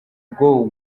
ngo